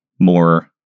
more